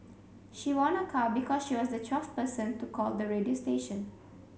she won a car because she was the twelfth person to call the radio station